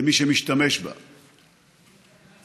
כמי שמשתמש בה יום-יום,